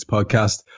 Podcast